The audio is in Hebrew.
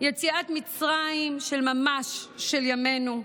יציאת מצרים של ממש של ימינו,